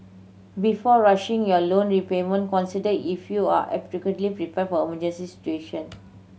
before rushing your loan repayment consider if you are adequately prepared for emergency situation